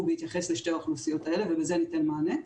ביחס לשתי האוכלוסיות האלה ובזה ניתן מענה.